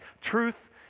truth